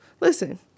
Listen